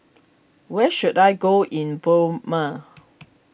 where should I go in Burma